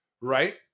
right